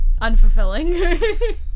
unfulfilling